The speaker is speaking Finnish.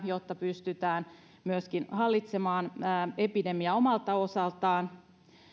jotta pystytään myöskin hallitsemaan epidemia omalta osaltaan